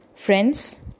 Friends